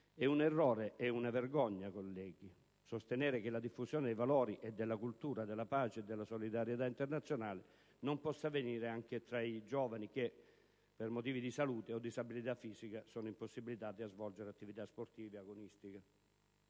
È un errore ed una vergogna, colleghi, sostenere che la diffusione dei valori e della cultura della pace e della solidarietà internazionale non possa avvenire anche tra i giovani che, per motivi di salute o disabilità fisica, sono impossibilitati a svolgere attività sportive agonistiche.